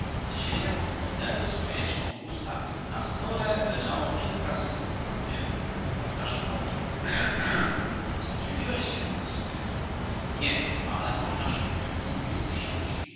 siedział w fotelu z fajeczką w ustach na stole leżało kilka zwitków papieru odkaszlnąłem zaziębiłeś się spytał nie ale można się